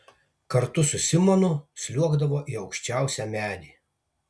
kartu su simonu sliuogdavo į aukščiausią medį